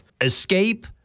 Escape